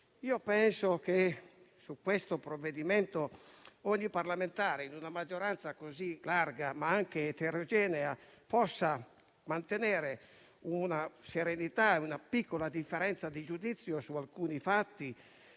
Penso che sul provvedimento in esame ogni parlamentare, in una maggioranza così larga ma anche eterogenea, possa mantenere una serenità e una piccola differenza di giudizio su alcuni fatti.